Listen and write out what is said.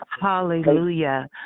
Hallelujah